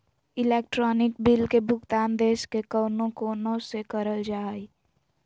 electronic bill के भुगतान देश के कउनो कोना से करल जा सको हय